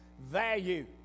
Value